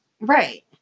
Right